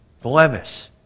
blemish